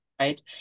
right